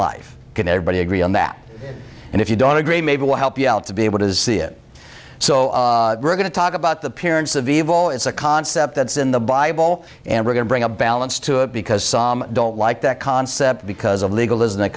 life can everybody agree on that and if you don't agree maybe we'll help you out to be able to see it so we're going to talk about the parents of evil it's a concept that's in the bible and we're going bring a balance to it because some don't like that concept because of legalism that